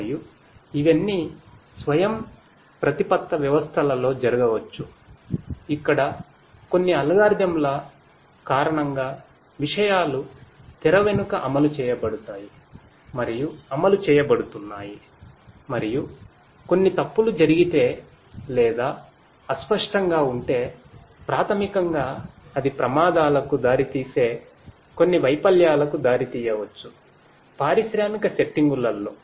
మరియు ఇవన్నీ స్వయంప్రతిపత్త వ్యవస్థలలో జరగవచ్చు ఇక్కడ కొన్ని అల్గోరిథంల కారణంగా విషయాలు తెరవెనుక అమలు చేయబడతాయి మరియు అమలు చేయబడుతున్నాయి మరియు కొన్ని తప్పులు జరిగితే లేదా అస్పష్టంగా ఉంటే ప్రాథమికంగా అది ప్రమాదాలకు దారితీసే కొన్ని వైఫల్యాలకు దారితీయవచ్చు పారిశ్రామిక సెట్టింగులలో